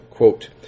Quote